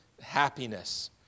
happiness